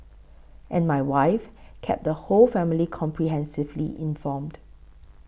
and my wife kept the whole family comprehensively informed